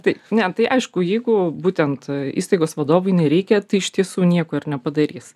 tai ne tai aišku jeigu būtent įstaigos vadovui nereikia tai iš tiesų nieko ir nepadarys